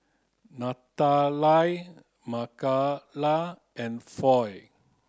Natalia Makaila and Floy